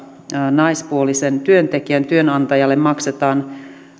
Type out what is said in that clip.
naispuolisen työntekijän työnantajalle maksetaan